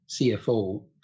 CFO